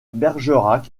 bergerac